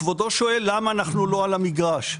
כבודו שואל למה אנחנו לא על המגרש.